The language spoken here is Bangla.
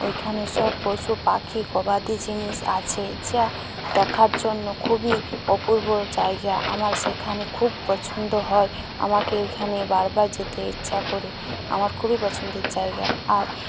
ওইখানে সব পশু পাখি গবাদি জিনিস আছে যা দেখার জন্য খুবই অপূর্ব জায়গা আমার সেখানে খুব পছন্দ হয় আমাকে এখানে বারবার যেতে ইচ্ছা করে আমার খুবই পছন্দের জায়গা আর